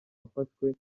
wafashwe